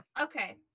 Okay